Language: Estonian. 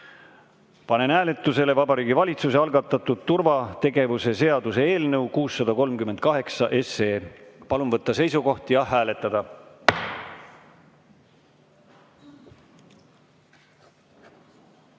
panen hääletusele Vabariigi Valitsuse algatatud turvategevuse seaduse eelnõu 638. Palun võtta seisukoht ja hääletada!